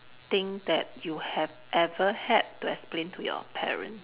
thing that you have ever had to explain to your parents